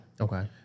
Okay